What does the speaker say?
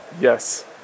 Yes